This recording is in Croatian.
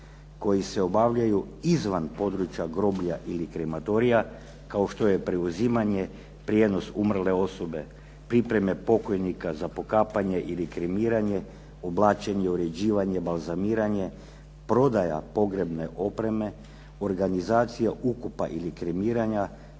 koji se obavljaju izvan područja groblja ili krematorija kao što je preuzimanje, prijenos umrle osobe, pripreme pokojnika za pokapanje ili kremiranje, oblačenje, uređivanje, balzamiranje, prodaja pogrebne opreme, organizacija ukopa ili kremiranja,